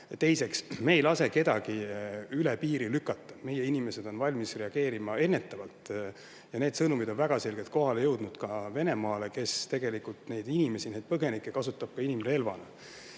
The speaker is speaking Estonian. teiseks, me ei lase kedagi üle piiri lükata, meie inimesed on valmis reageerima ennetavalt. Ja need sõnumid on väga selgelt kohale jõudnud ka Venemaale, kes tegelikult neid inimesi, neid põgenikke kasutab inimrelvana.